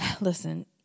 listen